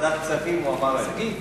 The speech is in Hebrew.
בוועדת כספים הוא אמר את זה.